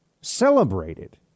celebrated